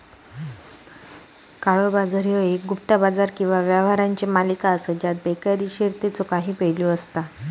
काळा बाजार ह्यो एक गुप्त बाजार किंवा व्यवहारांची मालिका असा ज्यात बेकायदोशीरतेचो काही पैलू असता